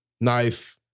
knife